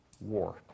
war